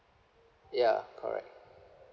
ya correct